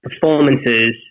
performances